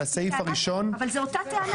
הסעיף הראשון --- אבל זו אותה טענה.